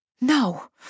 No